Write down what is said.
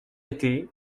était